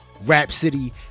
Rhapsody